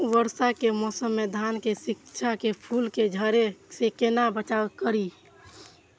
वर्षा के मौसम में धान के शिश के फुल के झड़े से केना बचाव करी?